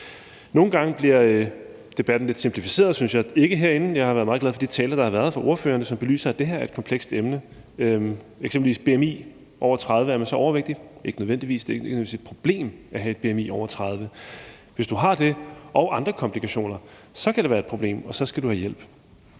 Nogle gange bliver debatten lidt simplificeret, synes jeg. Det gælder ikke herinde. Jeg har været meget glad for de taler, der har været fra ordførerne, som belyser, at det her er et komplekst emne, eksempelvis i forhold til et bmi over 30: Er man så overvægtig? Det er man ikke nødvendigvis. Det er ikke nødvendigvis et problem at have et bmi over 30. Hvis du har det og andre komplikationer, kan det være et problem, og så skal du have hjælp.